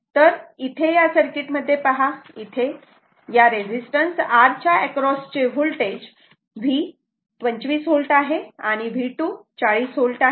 आता इथे या सर्किट मध्ये पहा इथे या रेजिस्टन्स R च्या एक्रॉसचे होल्टेज V1 25 V आहे आणि हे V2 40 V आहे